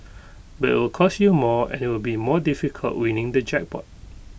but it'll cost you more and IT will be more difficult winning the jackpot